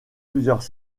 plusieurs